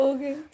Okay